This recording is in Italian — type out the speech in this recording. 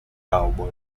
cowboy